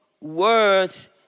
words